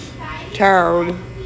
town